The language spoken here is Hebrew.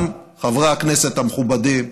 גם חברי הכנסת המכובדים,